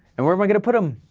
and where am i gonna put them,